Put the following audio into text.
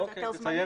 7 זה היתר זמני.